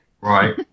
Right